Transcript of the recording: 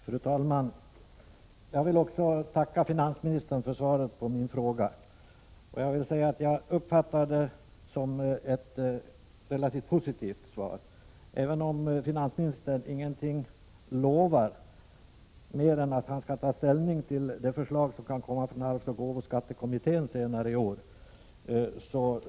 Fru talman! Också jag vill tacka finansministern för svaret på min fråga. Jag uppfattade det som ett relativt positivt svar, även om finansministern inte lovade mer än att han skall ta ställning till de förslag som kan komma från arvsoch gåvoskattekommittén senare i år.